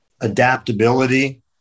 adaptability